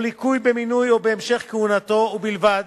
או ליקוי במינוי או בהמשך כהונתו, ובלבד